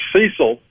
Cecil